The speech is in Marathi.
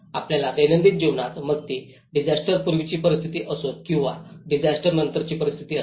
आपापल्या दैनंदिन जीवनात मग ती डिसास्टरपूर्वीची परिस्थिती असो किंवा डिसास्टर नंतरची परिस्थिती असो